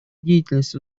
деятельность